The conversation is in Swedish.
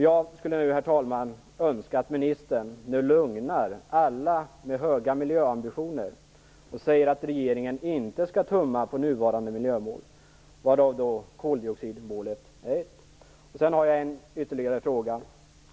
Jag skulle nu, herr talman, önska att ministern lugnar alla med höga miljöambitioner och säger att regeringen inte skall tumma på nuvarande miljömål, varav koldioxidmålet är ett. Jag har ytterligare en fråga.